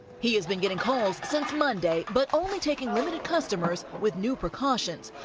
he's been getting calls since monday but only taking limited customers with new precautions.